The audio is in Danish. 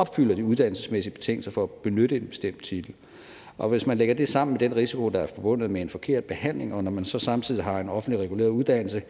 opfylder de uddannelsesmæssige betingelser for at benytte en bestemt titel. Hvis man lægger det sammen med den risiko, der er forbundet med en forkert behandling, og når man så samtidig har en offentligt reguleret uddannelse,